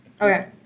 Okay